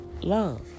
love